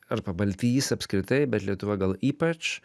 ar pabaltijys apskritai bet lietuva gal ypač